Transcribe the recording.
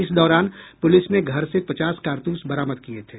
इस दौरान पूलिस ने घर से पचास कारतूस बरामद किये थे